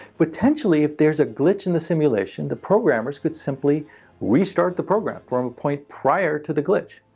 potentially, if there is a glitch in the simulation, the programmers could simply restart the program from a point prior to the glitch.